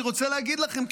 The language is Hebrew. אני רוצה להגיד לכם,